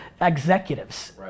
executives